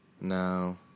No